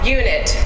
unit